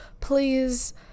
please